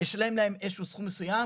לשלם להם איזה שהוא סכום מסוים,